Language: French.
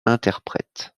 interprète